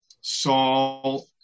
Saul